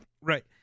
Right